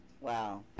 wow